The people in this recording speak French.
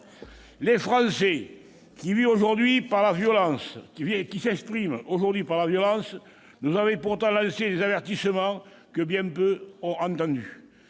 Les Français qui s'expriment aujourd'hui par la violence nous avaient pourtant lancé des avertissements que bien peu ont entendus